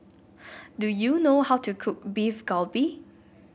do you know how to cook Beef Galbi